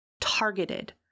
Targeted